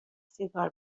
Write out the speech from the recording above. سیگار